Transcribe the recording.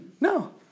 No